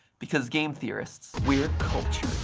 because game theorists, we're cultured